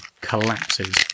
collapses